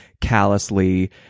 callously